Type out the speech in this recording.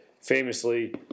famously